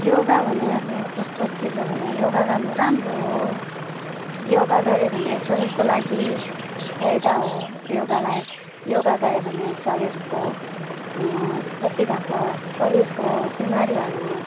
योगा भन्ने अब कस्तो चिज हो भने योगा गर्नु राम्रो हो योगा गर्यो भने शरीरको लागि फाइदा हो योगालाई योगा गर्यो भने शरीरको जति भएको शरीरको बिमारीहरू